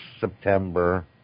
September